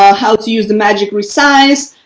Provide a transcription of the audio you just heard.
ah how to use the magic resize,